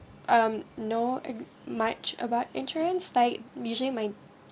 um know uh much about insurance like usually my